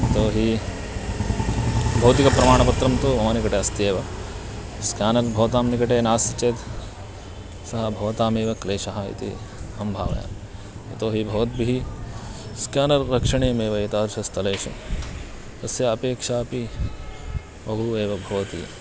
यतो हि भौतिकप्रमाणपत्रं तु मम निकटे अस्ति एव स्केनर् भवतां निकटे नास्ति चेत् सः भवतामेव क्लेशः इति अहं भावयामि यतो हि भवद्भिः स्केनर् रक्षणीयमेव एतादृशं स्थलेषु तस्य अपेक्षा अपि बहु एव भवति